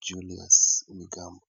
Julius Migambo.